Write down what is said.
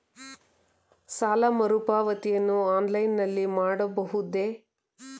ಸಾಲ ಮರುಪಾವತಿಯನ್ನು ಆನ್ಲೈನ್ ನಲ್ಲಿ ಮಾಡಬಹುದೇ?